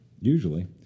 Usually